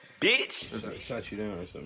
bitch